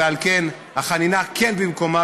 ועל כן החנינה כן במקומה,